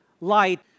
Light